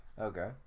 Okay